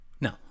No